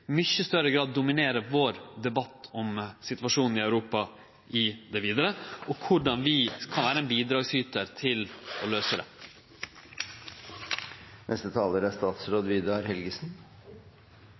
mykje større grad dominere vår debatt om situasjonen i Europa i det vidare, og korleis vi kan vere ein bidragsytar til å løyse han. Jeg er